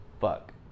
Fuck